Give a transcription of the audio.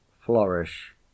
flourish